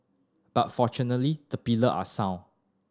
but fortunately the pillar are sound